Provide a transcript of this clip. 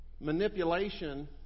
Manipulation